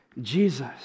Jesus